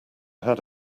had